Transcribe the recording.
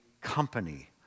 company